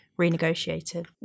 renegotiated